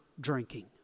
drinking